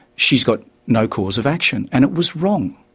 she's got no cause of action', and it was wrong,